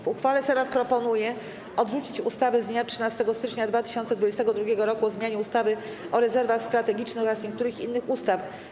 W uchwale Senat proponuje odrzucić ustawę z dnia 13 stycznia 2022 r. o zmianie ustawy o rezerwach strategicznych oraz niektórych innych ustaw.